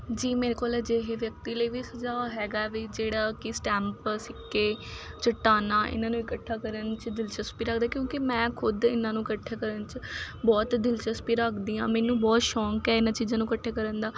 ਜੀ ਮੇਰੇ ਕੋਲ ਅਜਿਹੇ ਵਿਅਕਤੀ ਲਈ ਵੀ ਸੁਝਾਅ ਹੈਗਾ ਵੀ ਜਿਹੜਾ ਕਿ ਸਟੈਂਪ ਸਿੱਕੇ ਚੱਟਾਨਾਂ ਇਹਨਾਂ ਨੂੰ ਇਕੱਠਾ ਕਰਨ 'ਚ ਦਿਲਚਸਪੀ ਲੱਗਦਾ ਕਿਉਂਕਿ ਮੈਂ ਖੁਦ ਇਹਨਾਂ ਨੂੰ ਇਕੱਠਾ ਕਰਨ 'ਚ ਬਹੁਤ ਦਿਲਚਸਪੀ ਰੱਖਦੀ ਹਾਂ ਮੈਨੂੰ ਬਹੁਤ ਸ਼ੌਂਕ ਹੈ ਇਹਨਾਂ ਚੀਜ਼ਾਂ ਨੂੰ ਇਕੱਠੇ ਕਰਨ ਦਾ